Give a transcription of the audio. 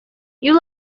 you